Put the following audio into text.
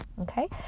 Okay